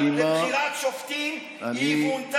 על זה אנחנו מצביעים כאן היום.